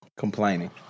Complaining